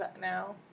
now